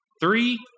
three